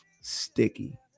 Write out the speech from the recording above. Sticky